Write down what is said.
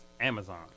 Amazon